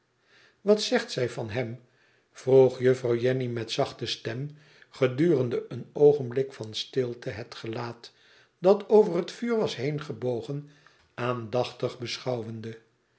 wat zegt zij van hem vroeg juffrouw jenny met zachte stem gedurende een oogenblik van stilte het gelaat dat over het vuur was heengebogen aandachtig beschouwende